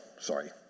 sorry